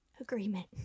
agreement